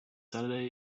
saturday